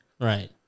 right